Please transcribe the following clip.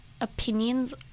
opinions